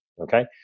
okay